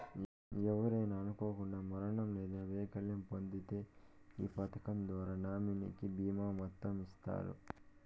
ఎవరైనా అనుకోకండా మరణం లేదా వైకల్యం పొందింతే ఈ పదకం ద్వారా నామినీకి బీమా మొత్తం ఇస్తారు